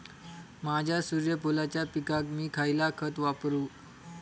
माझ्या सूर्यफुलाच्या पिकाक मी खयला खत वापरू?